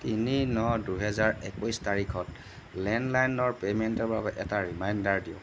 তিনি ন দুহেজাৰ একৈছ তাৰিখত লেণ্ডলাইনৰ পে'মেণ্টৰ বাবে এটা ৰিমাইণ্ডাৰ দিয়ক